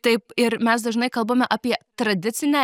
taip ir mes dažnai kalbame apie tradicinę